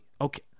okay